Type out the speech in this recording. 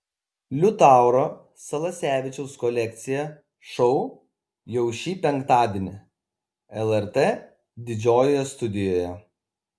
liutauro salasevičiaus kolekcija šou jau šį penktadienį lrt didžiojoje studijoje